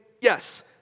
Yes